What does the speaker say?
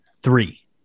three